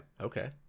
okay